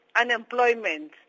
unemployment